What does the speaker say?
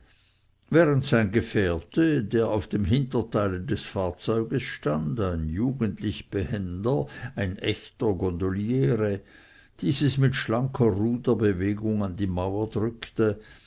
während sein gefährte der auf dem hinterteile des fahrzeuges stand ein jugendlich behender ein echter gondoliere dieses mit schlanker ruderbewegung an die mauer drückte